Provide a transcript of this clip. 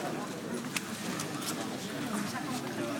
חברי הכנסת,